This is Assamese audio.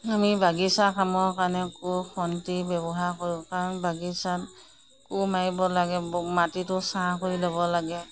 আমি বাগিচা কামৰ কাৰণে কোৰ খন্তি ব্যৱহাৰ কৰোঁ কাৰণ বাগিচাত কোৰ মাৰিব লাগে মাটিটো চাহ কৰি ল'ব লাগে